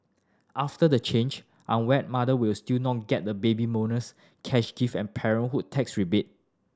after the change unwed mother will still not get the Baby Bonus cash gift and parenthood tax rebate